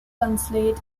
consulate